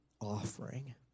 offering